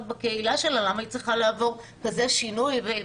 בקהילה שלה כי למה היא צריכה לעבור שינוי כזה?